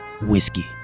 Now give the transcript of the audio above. whiskey